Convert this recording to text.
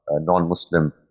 non-Muslim